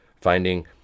finding